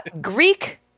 Greek